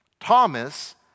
Thomas